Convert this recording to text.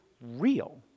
real